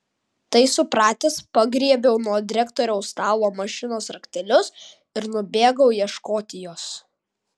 tai supratęs pagriebiau nuo direktoriaus stalo mašinos raktelius ir nubėgau ieškoti jos